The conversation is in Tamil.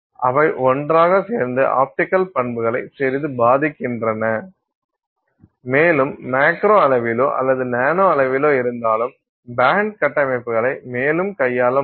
அவை ஒன்றாக சேர்ந்து ஆப்டிக்கல் பண்புகளை சிறிது பாதிக்கின்றன மேலும் மேக்ரோ அளவிலோ அல்லது நானோ அளவிலோ இருந்தாலும் பேண்ட் கட்டமைப்புகளை மேலும் கையாள முடியும்